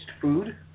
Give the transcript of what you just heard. food